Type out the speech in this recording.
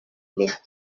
plaît